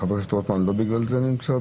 חבר הכנסת רוטמן, לא בגלל זה נמצא?